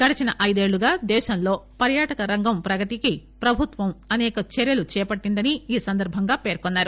గడచిన ఐదేళ్లుగా దేశంలో పర్యాటక రంగం ప్రగతికి ప్రభుత్వం అనేక చర్యలు చేపట్టిందని ఈ సందర్భంగా పేర్కొన్నారు